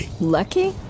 Lucky